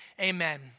amen